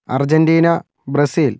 Argentina Brazil